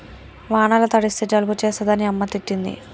వానల తడిస్తే జలుబు చేస్తదని అమ్మ తిట్టింది